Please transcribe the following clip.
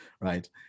right